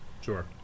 Sure